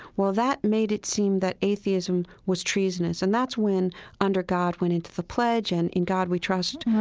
well, that made it seem that atheism was treasonous. and that's when under god went into the pledge and in god we trust,